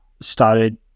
started